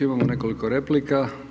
Imamo nekoliko replika.